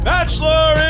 Bachelor